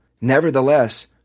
Nevertheless